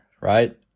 right